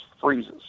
freezes